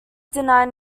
denied